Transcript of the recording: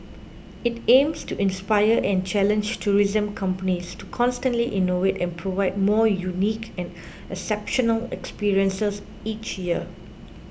it aims to inspire and challenge tourism companies to constantly innovate and provide more unique and exceptional experiences each year